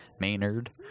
Maynard